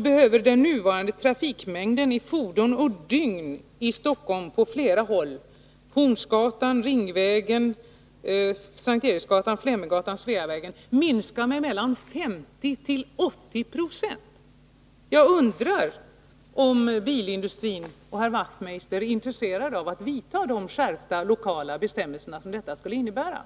behöver den nuvarande trafikmängden i fordon per dygn i Stockholm på flera håll — Hornsgatan, Ringvägen, S:t Eriksgatan, Flemminggatan, Sveavägen — minska med mellan 50 och 80 26. Jag undrar om biltillverkarna och herr Wachtmeister är intresserade av att införa de skärpta lokala bestämmelser som detta skulle erfordra.